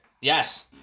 Yes